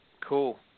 Cool